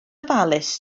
ofalus